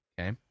Okay